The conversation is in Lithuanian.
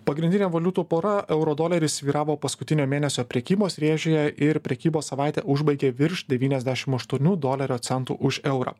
pagrindinė valiutų pora euro doleris svyravo paskutinio mėnesio prekybos rėžyje ir prekybos savaitę užbaigė virš devyniasdešim aštuonių dolerio centų už eurą